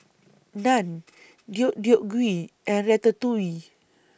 Naan Deodeok Gui and Ratatouille